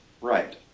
Right